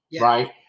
Right